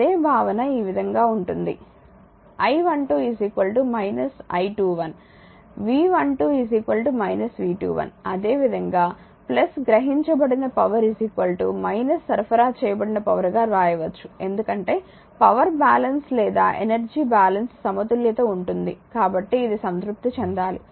అదే భావన ఈ విధంగా ఉంటుంది I12 I21 V12 V21 అదేవిధంగా గ్రహించబడిన పవర్ సరఫరా చేయబడిన పవర్ గా వ్రాయవచ్చు ఎందుకంటే పవర్ బ్యాలెన్స్ లేదా ఎనర్జీ బ్యాలెన్స్ సమతుల్యత ఉంటుంది కాబట్టి ఇది సంతృప్తి చెందాలి